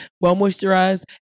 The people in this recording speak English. well-moisturized